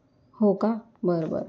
हो का बरं बरं